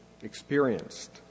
experienced